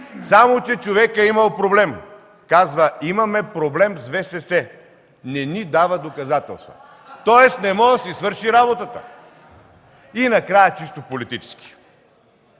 Само че човекът е имал проблем, казва: „Имаме проблем с ВСС – не ни дава доказателства”, тоест не може да си свърши работата?! И накрая, чисто политически.